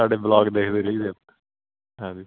ਤੁਹਾਡੇ ਵਲੋਗ ਦੇਖਦੇ ਰਹੀ ਦੇ ਆ ਹਾਂਜੀ